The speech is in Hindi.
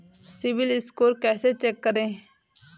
सिबिल स्कोर कैसे चेक करें?